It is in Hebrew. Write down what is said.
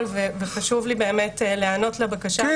וחשוב לי באמת להיענות לבקשה שלו.